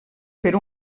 per